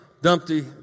Dumpty